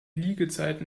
liegezeiten